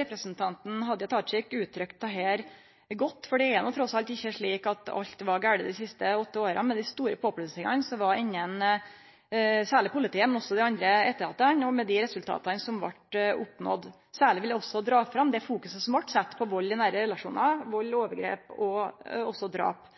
Representanten Hadia Tajik uttrykte dette godt, for det er trass alt ikkje slik at alt var galt dei siste åtte åra – med dei store påplussingane, særleg innan politiet, men også innan dei andre etatane, og med dei resultata som vart oppnådd. Særleg vil eg dra fram det fokuset som vart sett på vald i nære relasjonar – vald og overgrep, men også drap.